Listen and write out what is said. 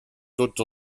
tots